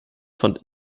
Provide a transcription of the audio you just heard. fand